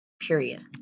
period